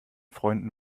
freunden